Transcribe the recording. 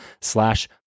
slash